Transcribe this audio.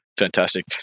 Fantastic